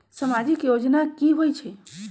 समाजिक योजना की होई छई?